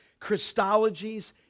Christologies